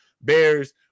Bears